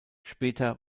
später